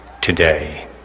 today